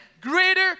greater